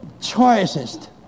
choices